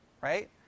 Right